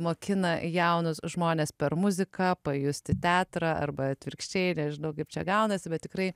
mokina jaunus žmones per muziką pajusti teatrą arba atvirkščiai nežinau kaip čia gaunasi bet tikrai